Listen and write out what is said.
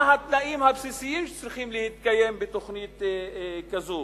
מה התנאים הבסיסיים שצריכים להתקיים בתוכנית כזאת.